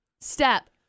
step